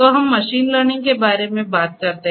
तो हम machine learning के बारे में बात करते हैं